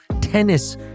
tennis